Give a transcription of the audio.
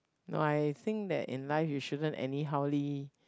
no I think that in life you shouldn't anyhowly